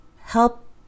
help